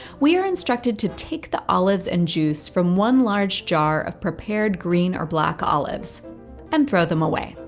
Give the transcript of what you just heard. we are instructed to take the olives and juice from one large jar of prepared green or black olives and throw them away.